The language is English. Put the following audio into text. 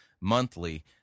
monthly